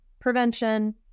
prevention